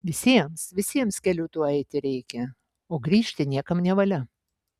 visiems visiems keliu tuo eiti reikia o grįžti niekam nevalia